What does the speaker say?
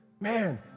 man